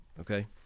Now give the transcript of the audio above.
Okay